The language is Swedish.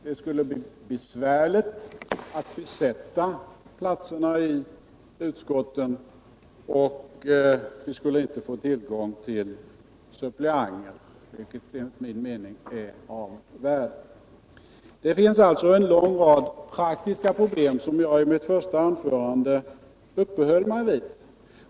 Det skulle bli besvärligt att besätta platserna i utskotten, och vi skulle inte få tillgång till suppleanter, vilket enligt min mening är av värde. Det finns alltså en lång rad praktiska problem, som jag i mitt första anförande uppehöll mig vid.